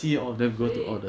that's the difference